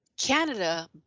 Canada